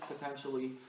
potentially